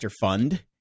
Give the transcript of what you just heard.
fund